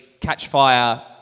catch-fire